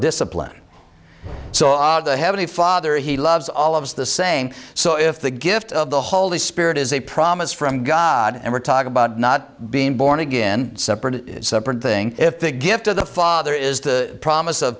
discipline so the heavenly father he loves all of us the saying so if the gift of the holy spirit is a promise from god and we're talking about not being born again separate a separate thing if the gift of the father is the promise of